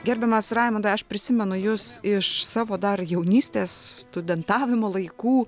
gerbiamas raimundai aš prisimenu jus iš savo dar jaunystės studentavimo laikų